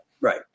right